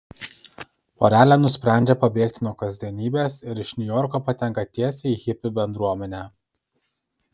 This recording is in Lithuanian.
porelė nusprendžia pabėgti nuo kasdienybės ir iš niujorko patenka tiesiai į hipių bendruomenę